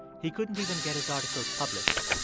he couldn't even get his articles published.